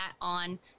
on